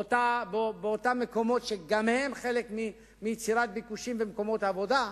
באותם מקומות שגם הם חלק מיצירת ביקושים ומקומות עבודה.